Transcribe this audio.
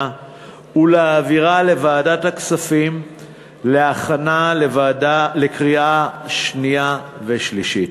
ולהעבירה לוועדת הכספים להכנה לקריאה שנייה ושלישית.